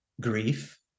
Grief